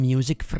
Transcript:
Music